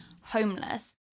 homeless